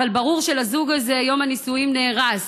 אבל ברור שלזוג הזה יום הנישואים נהרס.